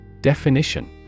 Definition